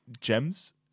gems